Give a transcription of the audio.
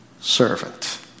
servant